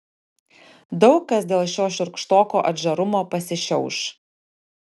daug kas dėl šio šiurkštoko atžarumo pasišiauš